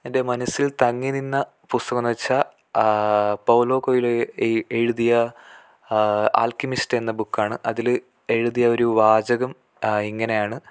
എൻ്റെ മനസ്സിൽ തങ്ങി നിന്ന പുസ്തകമെന്ന് വെച്ചാൽ പൗലോ കൊയ്ലോ എഴ് എഴുതിയ ആൽക്കെമിസ്റ്റ് എന്ന ബുക്കാണ് അതിൽ എഴുതിയ ഒരു വാചകം ഇങ്ങനെയാണ്